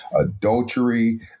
adultery